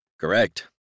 Correct